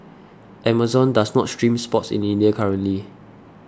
Amazon does not stream sports in India currently